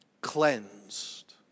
Cleansed